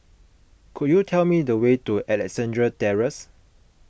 could you tell me the way to Alexandra Terrace